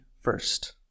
first